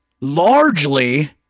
largely